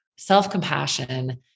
self-compassion